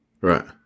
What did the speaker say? Right